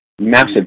massive